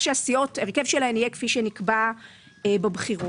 שהרכב הסיעות יהיה כפי שנקבע בבחירות.